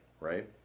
Right